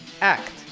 act